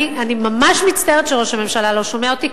אני ממש מצטערת שראש הממשלה לא שומע אותי,